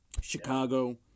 chicago